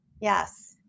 Yes